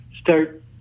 start